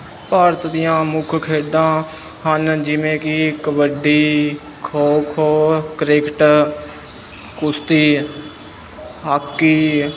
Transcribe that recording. ਭਾਰਤ ਦੀਆਂ ਮੁੁੱਖ ਖੇਡਾਂ ਹਨ ਜਿਵੇਂ ਕਿ ਕਬੱਡੀ ਖੌ ਖੌ ਕ੍ਰਿਕੇਟ ਕੁਸ਼ਤੀ ਹਾਕੀ